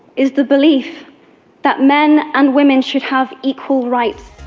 is the belief that men and women should have equal rights.